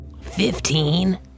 Fifteen